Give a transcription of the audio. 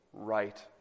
right